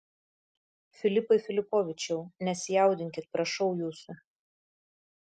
filipai filipovičiau nesijaudinkit prašau jūsų